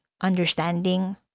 understanding